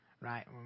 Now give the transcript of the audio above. Right